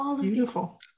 Beautiful